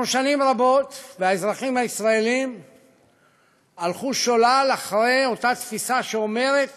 שנים רבות האזרחים הישראלים הלכו שולל אחרי אותה תפיסה שאומרת